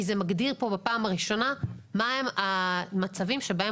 כי זה מגדיר פה בפעם הראשונה מהם המצבים שבהם